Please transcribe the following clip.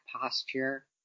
posture